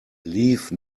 leave